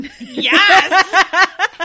Yes